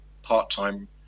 Part-time